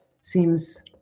seems